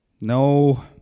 No